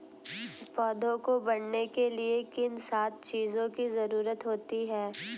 पौधों को बढ़ने के लिए किन सात चीजों की जरूरत होती है?